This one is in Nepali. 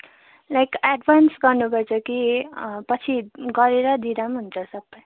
लाइक एडवान्स गर्नुपर्छ कि पछि गरेर दिँदा पनि हुन्छ सबै